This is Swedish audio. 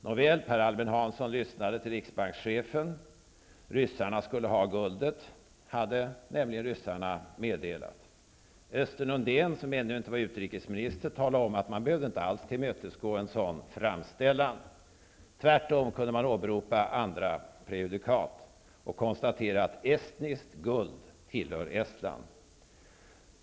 Nåväl, Per Albin Hanson lyssnade till riksbankschefen. Ryssarna skulle ha guldet, hade nämligen ryssarna meddelat. Östen Undén, som ännu inte blivit utrikesminister, talade om att man inte alls behövde tillmötesgå en sådan framställan. Tvärtom kunde man åberopa andra prejudikat och konstatera att estniskt guld tillhör Estland.